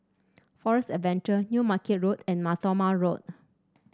Forest Adventure New Market Road and Mar Thoma Road